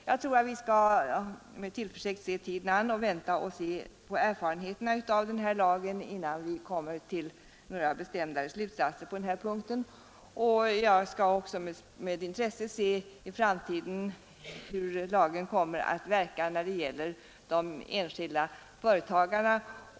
Jag tror att vi med tillförsikt skall se tiden an och avvakta erfarenheterna av den här lagen, innan vi kommer till några bestämdare slutsatser på denna punkt. Jag tycker också det skall bli intressant att i framtiden se hur lagen verkar när det gäller de enskilda företagarna.